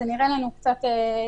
זה נראה לנו קצת תמוה.